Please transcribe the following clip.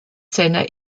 seiner